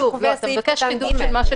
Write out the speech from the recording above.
אתה מבקש חידוד של מה שכתוב כאן.